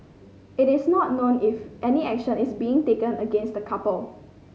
it is not known if any action is being taken against the couple